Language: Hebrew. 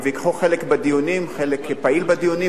ייקחו חלק פעיל בדיונים,